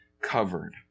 covered